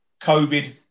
COVID